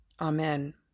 Amen